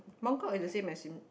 Mong kok is the same as